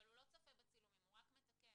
לפי